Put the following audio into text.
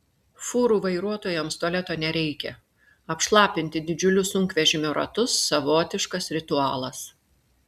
fūrų vairuotojams tualeto nereikia apšlapinti didžiulius sunkvežimio ratus savotiškas ritualas